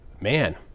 man